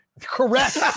Correct